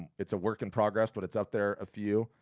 and it's a work in progress but it's up there a few,